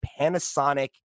Panasonic